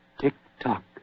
Tick-tock